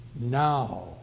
now